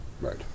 Right